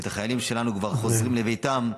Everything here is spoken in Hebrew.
ואת החיילים שלנו חוזרים לביתם,